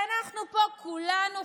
ואנחנו פה כולנו,